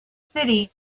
city